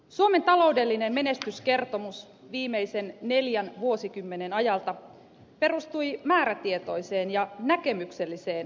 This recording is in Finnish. suomen taloudellinen menestyskertomus viimeisen neljän vuosikymmenen ajalta perustui määrätietoiseen ja näkemykselliseen työmarkkinapolitiikkaan